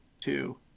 two